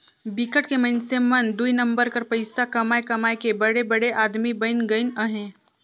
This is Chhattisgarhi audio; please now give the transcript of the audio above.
बिकट के मइनसे मन दुई नंबर कर पइसा कमाए कमाए के बड़े बड़े आदमी बइन गइन अहें